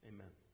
Amen